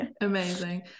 amazing